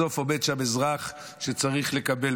בסוף עומד שם אזרח שצריך לקבל.